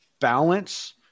balance